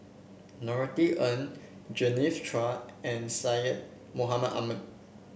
Norothy Ng Genevieve Chua and Syed Mohamed Ahmed